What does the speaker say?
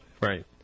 Right